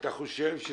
מוסיפה